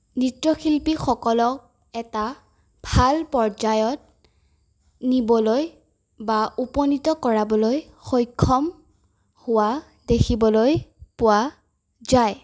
নৃত্যশিল্পীসকলক এটা ভাল পৰ্যায়ত নিবলৈ বা উপনীত কৰাবলৈ সক্ষম হোৱা দেখিবলৈ পোৱা যায়